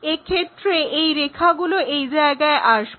এক্ষেত্রে এই রেখাগুলো এই জায়গায় আসবে